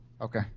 Okay